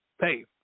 Hey